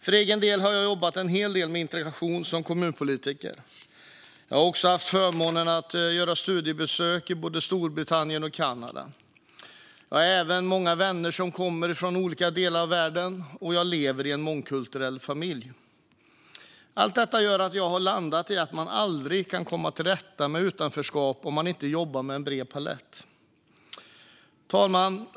För egen del har jag jobbat en hel del med integration som kommunpolitiker. Jag har också haft förmånen att göra studiebesök i både Storbritannien och Kanada. Jag har även många vänner som kommer ifrån olika delar av världen, och jag lever i en mångkulturell familj. Allt detta gör att jag har landat i att man aldrig kan komma till rätta med utanförskapet om man inte jobbar med en bred palett. Herr talman!